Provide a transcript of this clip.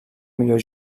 millor